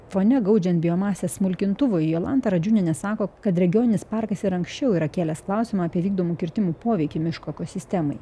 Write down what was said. fone gaudžiant biomasės smulkintuvui jolanta radžiūnienė sako kad regioninis parkas ir anksčiau yra kėlęs klausimą apie vykdomų kirtimų poveikį miško ekosistemai